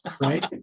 Right